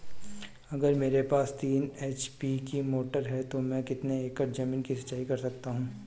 अगर मेरे पास तीन एच.पी की मोटर है तो मैं कितने एकड़ ज़मीन की सिंचाई कर सकता हूँ?